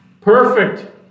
Perfect